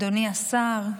אדוני השר,